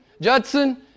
Judson